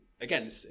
Again